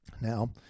Now